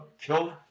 killed